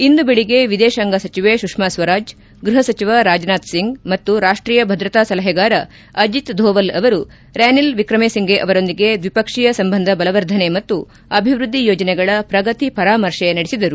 ಇಂದು ಬೆಳಗ್ಗೆ ವಿದೇಶಾಂಗ ಸಚಿವೆ ಸುಷ್ಮಾ ಸ್ವರಾಜ್ ಗೃಹ ಸಚಿವ ರಾಜನಾಥಸಿಂಗ್ ಮತ್ತು ರಾಷ್ಟೀಯ ಭದ್ರತಾ ಸಲಹೆಗಾರ ಅಜಿತ್ ದೋವಲ್ ಅವರು ರನಿಲ್ ವಿಕ್ರೆಮೆ ಸಿಂಫೆ ಅವರೊಂದಿಗೆ ದ್ವಿಪಕ್ಷೀಯ ಸಂಬಂಧ ಬಲವರ್ಧನೆ ಮತ್ತು ಅಭಿವೃದ್ಧಿ ಯೋಜನೆಗಳ ಪ್ರಗತಿ ಪರಾಮರ್ಶೆ ನಡೆಸಿದರು